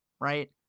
right